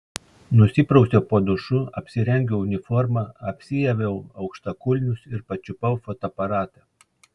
nusiprausiau po dušu apsirengiau uniformą apsiaviau aukštakulnius ir pačiupau fotoaparatą